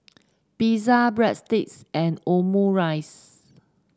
Pizza Breadsticks and Omurice